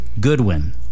Goodwin